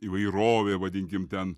įvairovė vadinkim ten